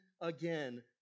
again